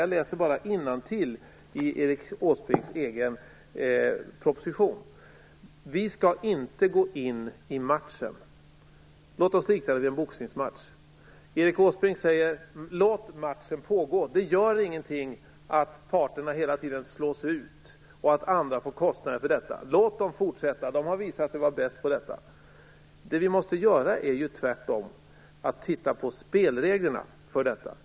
Jag läser alltså detta i Vi skall inte gå in i matchen. Låt oss likna det vid en boxningsmatch. Erik Åsbrink säger: Låt matchen pågå. Det gör ingenting att parterna hela tiden slås ut och att andra får kostnaden för detta. Låt dem fortsätta. De har visat sig vara bäst på detta. Det vi måste göra är tvärtom att titta på spelreglerna för detta.